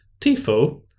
TIFO